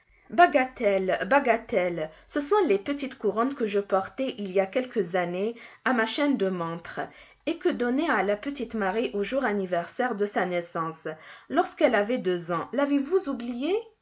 bagatelles bagatelles ce sont les petites couronnes que je portais il y a quelques années à ma chaîne de montre et que donnai à la petite marie au jour anniversaire de sa naissance lorsqu'elle avait deux ans l'avez-vous oublié